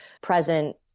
present